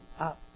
up